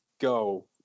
go